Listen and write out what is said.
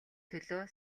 төлөө